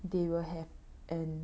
they will have an